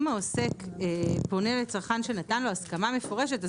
אם העוסק פונה לצרכן שנתן לו הסכמה מפורשת,